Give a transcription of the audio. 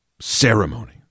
ceremony